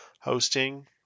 hosting